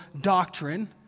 doctrine